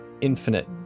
infinite